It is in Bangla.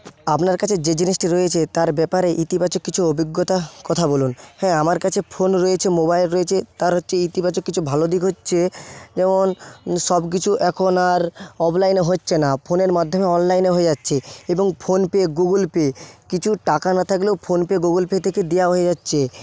আপনার কাছে যে জিনিসটি রয়েছে তার ব্যাপারে ইতিবাচক কিছু অভিজ্ঞতার কথা বলুন হ্যাঁ আমার কাছে ফোন রয়েছে মোবাইল রয়েছে তার হচ্ছে ইতিবাচক কিছু ভালো দিক হচ্ছে যেমন সবকিছু এখন আর অফলাইনে হচ্ছে না ফোনের মাধ্যমে অনলাইনে হয়ে যাচ্ছে এবং ফোনপে গুগল পে কিছু টাকা না থাকলেও ফোনপে গুগল পে থেকে দেওয়া হয়ে যাচ্ছে